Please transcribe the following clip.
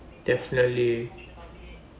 definitely